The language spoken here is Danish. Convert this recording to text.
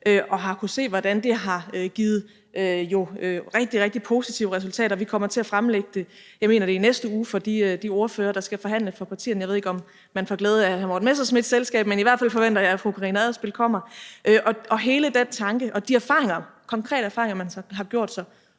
og har kunnet se, hvordan det har givet rigtig, rigtig positive resultater, og vi kommer til at fremlægge det, jeg mener, det er i næste uge, for de ordførere, der skal forhandle for partierne. Jeg ved ikke, om man får glæde af hr. Morten Messerschmidts selskab, men i hvert fald forventer jeg, at fru Karina Adsbøl kommer, og hele den tanke og de konkrete erfaringer, man har gjort sig,